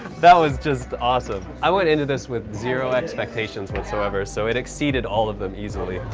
that was just awesome. i went into this with zero expectations whatsoever, so it exceeded all of them easily.